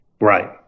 Right